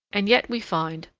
and yet we find,